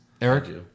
Eric